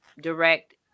direct